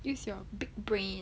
use your big brain